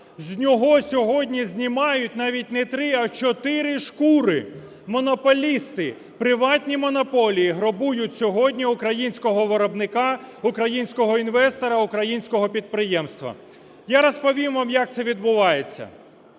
з нього сьогодні знімають навіть не три, а чотири шкури, монополісти, приватні монополії грабують сьогодні українського виробника, українського інвестора, українського підприємця. Я розповім вам, як це відбувається.